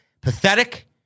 pathetic